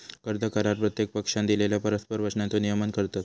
कर्ज करार प्रत्येक पक्षानं दिलेल्यो परस्पर वचनांचो नियमन करतत